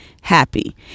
happy